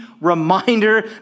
reminder